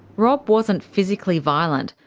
rob wasn't physically violent,